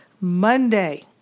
Monday